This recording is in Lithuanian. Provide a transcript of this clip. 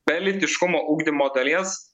be lytiškumo ugdymo dalies